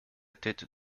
tête